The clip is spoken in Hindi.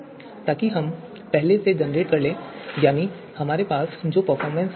ताकि हम पहले ही जेनरेट कर लें यानी हमारे पास जो परफॉर्मेंस टेबल है